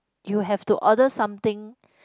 you have to order something